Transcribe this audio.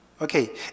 Okay